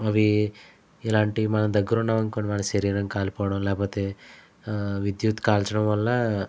అవి ఇలాంటి మన దగ్గర ఉన్నాం అనుకోండి మన శరీరం కాలిపోవడం లేకపోతే విద్యుత్కాల్చడం వల్ల